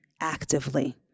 actively